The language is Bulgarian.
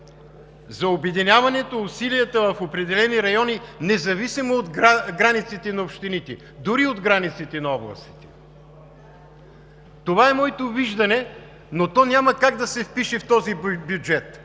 за обединяването усилията в определени райони, независимо от границите на общините, дори и от границите на областите. Това е моето виждане, но то няма как да се впише в този бюджет.